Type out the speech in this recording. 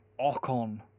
Ocon